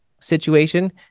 situation